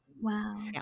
Wow